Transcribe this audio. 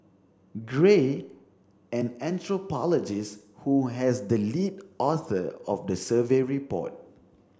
gray an anthropologist who has the lead author of the survey report